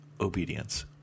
obedience